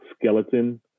skeleton